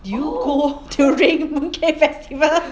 you go during mooncake festival